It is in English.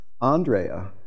Andrea